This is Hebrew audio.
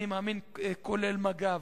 ואני מאמין שזה כולל מג"ב.